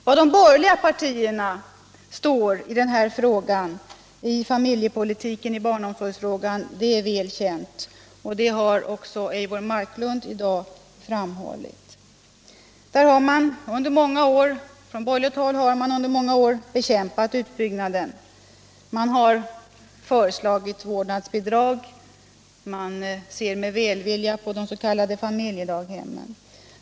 Var de borgerliga partierna står i de här frågorna om familjepolitik och barnomsorg är väl känt. Det har också Eivor Marklund i dag framhållit. Från borgerligt håll har man under många år bekämpat utbyggnaden. Man har föreslagit vårdnadsbidrag. Man ser med välvilja på de s.k. familjedaghemmen.